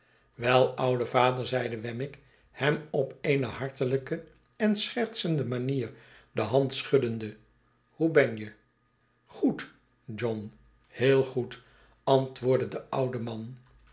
wel oude vader zeide wemmick hem op eene hartelijke en schertsende manier de hand schuddende hoe ben je goed john heel goed antwoordde de oude man